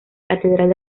catedral